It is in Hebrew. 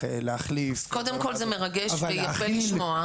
להחליף --- קודם כל זה מרגש ויפה לשמוע.